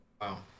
Wow